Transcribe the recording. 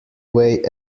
weigh